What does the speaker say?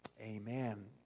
Amen